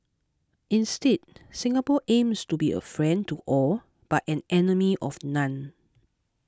instead Singapore aims to be a friend to all but an enemy of none